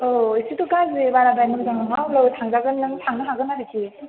औ एसेथ' गाज्रि बाराद्राय मोजां नङा होनबाबो थांजागोन नों थांनो हागोन आरोखि